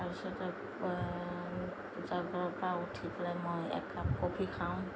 তাৰ পিছতে পৰা উঠি পেলাই মই এক কাপ কফি খাওঁ